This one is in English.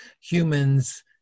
humans